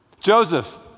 Joseph